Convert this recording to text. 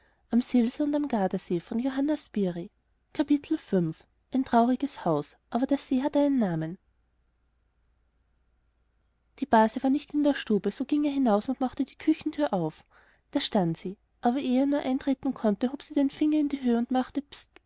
aber der see hat einen namen die base war nicht in der stube so ging er wieder hinaus und machte die küchentür auf da stand sie aber ehe er nur eintreten konnte hob sie den finger in die höh und machte